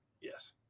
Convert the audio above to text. Yes